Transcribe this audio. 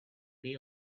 day